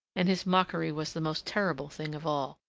and his mockery was the most terrible thing of all.